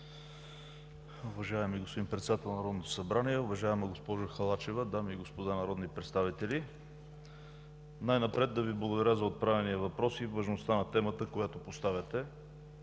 Уважаеми господин Председател на Народното събрание, уважаема госпожо Халачева, дами и господа народни представители! Най-напред да Ви благодаря за отправения въпрос и важността на темата, която поставяте.